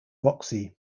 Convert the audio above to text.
roxy